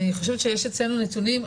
אני חושבת שיש אצלנו נתונים.